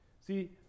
See